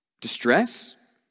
Distress